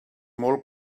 molt